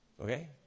Okay